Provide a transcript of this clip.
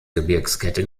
gebirgskette